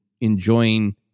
enjoying